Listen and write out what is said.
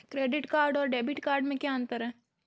Credit card और debit card में क्या अंतर है?